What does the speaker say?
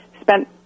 spent